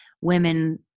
women